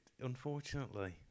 unfortunately